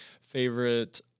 Favorite